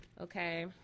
okay